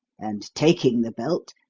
and taking the belt,